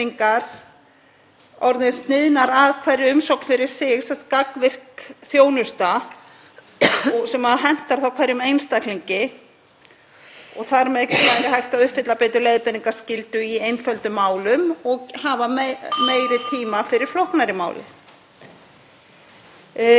og þar með væri hægt að uppfylla betur leiðbeiningarskyldu í einföldum málum og hafa meiri tíma fyrir flóknari málin. Hér hefur líka komið fram mikilvægi þess að umsækjendur sjálfir geti stjórnað upplýsingum og bætt við eða tekið út upplýsingar sem ekki